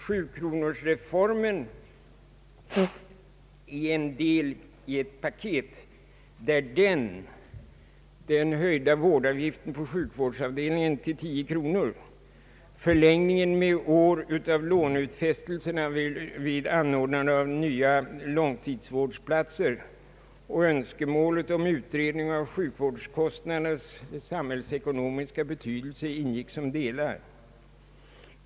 Sjukvårdsreformen är en del i ett paket, där »sjukronorsreformen», den höjda vårdavgiften på sjukvårdsavdelningar till 10 kronor, förlängningen av låneutfästelserna vid anordnandet av nya långtidsvårdsplatser och önskemålet om utredning av sjukvårdskostnadernas samhällsekonomiska betydelse ingick som delar.